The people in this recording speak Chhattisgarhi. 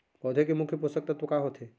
पौधे के मुख्य पोसक तत्व का होथे?